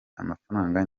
amafaranga